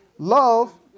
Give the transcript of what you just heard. Love